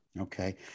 Okay